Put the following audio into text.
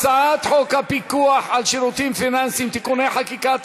הצעת חוק הפיקוח על שירותים פיננסיים (תיקוני חקיקה),